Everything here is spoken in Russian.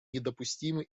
недопустимы